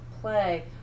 play